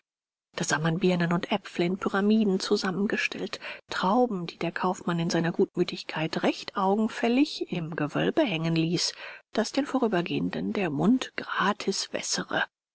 da sah man birnen und aepfel in pyramiden zusammengestellt trauben die der kaufmann in seiner gutmütigkeit recht augenfällig im gewölbe hängen ließ daß den vorübergehenden der mund gratis wässere